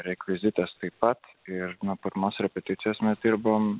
rekvizitas taip pat ir nuo pirmos repeticijos mes dirbome